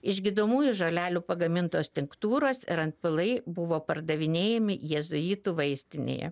iš gydomųjų žolelių pagamintos tinktūros ir antpilai buvo pardavinėjami jėzuitų vaistinėje